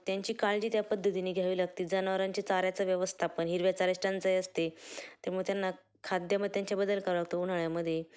त्यांची काळजी त्या पद्धतीने घ्यावी लागते जनावरांची चाऱ्याचं व्यवस्थापन हिरव्या चाऱ्याची टंचाई असते त्यामुळे त्यांना खाद्यामध्ये त्यांच्या बदल कराव लागतो उन्हाळ्यामध्ये